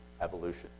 evolution